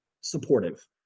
supportive